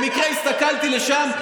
במקרה הסתכלתי לשם,